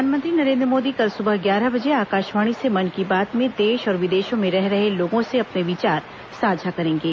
प्रधानमंत्री नरेन्द्र मोदी कल सुबह ग्यारह बजे आकाशवाणी से मन की बात में देश और विदेशों में रह रहे लोगों से अपने विचार साझा करेंगे